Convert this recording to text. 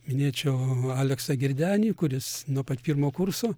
minėčiau aleksą girdenį kuris nuo pat pirmo kurso